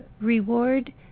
reward